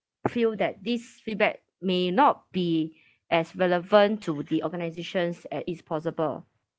feel that this feedback may not be as relevant to the organisations as it's possible